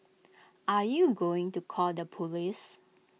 are you going to call the Police